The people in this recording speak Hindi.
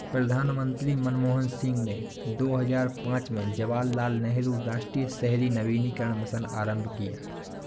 प्रधानमंत्री मनमोहन सिंह ने दो हजार पांच में जवाहरलाल नेहरू राष्ट्रीय शहरी नवीकरण मिशन आरंभ किया